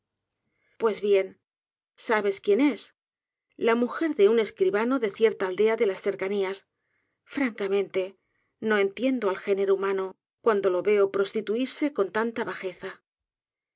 pues bien sabes quién es la mujer de un escribano de cierta aldea de las cercanías francamente no entiendo al género humano cuando lo veo prostituirse con tanta bajeza